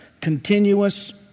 continuous